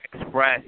express